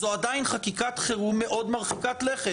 זו עדיין חקיקת חירום מאוד מרחיקת לכת.